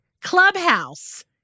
clubhouse